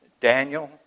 Daniel